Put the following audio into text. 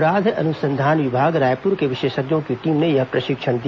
अपराध अनुसंधान विभाग रायपुर के विशेषज्ञों की टीम ने यह प्रशिक्षण दिया